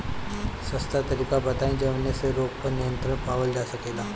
सस्ता तरीका बताई जवने से रोग पर नियंत्रण पावल जा सकेला?